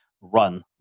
run